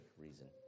reason